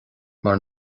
mar